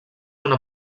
una